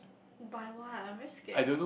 by what I'm very scared